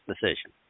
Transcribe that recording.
decision